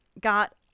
got